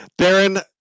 Darren